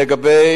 לגבי